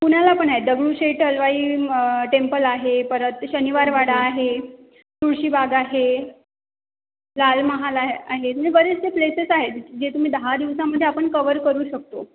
पुण्याला पण आहे दगडूशेठ हलवाई म टेम्पल आहे परत शनिवार वाडा आहे तुळशीबाग आहे लाल महाल आ आहे म्हणजे बरेचसे प्लेसेस आहेत जे तुम्ही दहा दिवसामध्ये आपण कवर करू शकतो